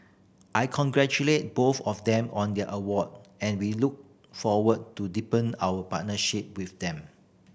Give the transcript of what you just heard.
I congratulate both of them on their award and we look forward to deepen our partnership with them